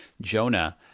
Jonah